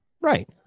Right